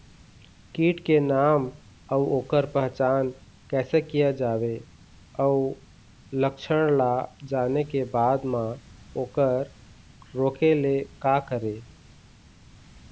कीट के नाम अउ ओकर पहचान कैसे किया जावे अउ लक्षण ला जाने के बाद मा ओकर रोके ले का करें?